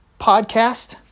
podcast